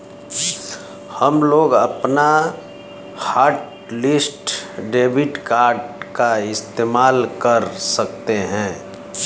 हमलोग अपना hotlist debit card का इस्तेमाल कर सकते हैं